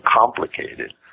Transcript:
complicated